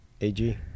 AG